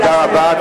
היושב-ראש,